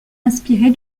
inspirée